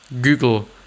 Google